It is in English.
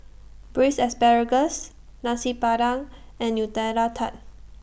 Braised Asparagus Nasi Padang and Nutella Tart